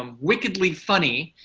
um wickedly funny,